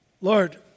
Lord